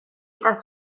eta